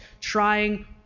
trying